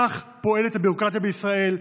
כך פועלת הביורוקרטיה בישראל.